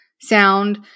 sound